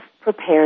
prepared